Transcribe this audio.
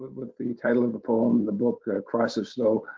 with the title of the poem, the book, cross of snow,